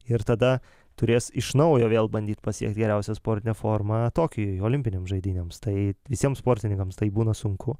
ir tada turės iš naujo vėl bandyt pasiekt geriausią sportinę formą tokijui olimpinėm žaidynėms tai visiems sportininkams tai būna sunku